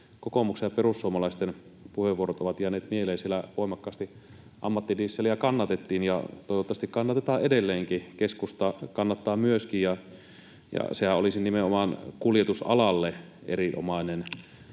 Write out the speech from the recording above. kokoomuksen ja perussuomalaisten puheenvuorot ovat jääneet mieleen — voimakkaasti ammattidieseliä kannattivat. Ja toivottavasti kannattavat edelleenkin, keskusta kannattaa myöskin. Sehän olisi nimenomaan kuljetusalalle erinomaisen